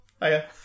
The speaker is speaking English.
Hiya